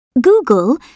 Google